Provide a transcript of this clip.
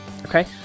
Okay